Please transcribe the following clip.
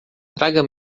traga